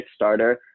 Kickstarter